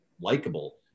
likable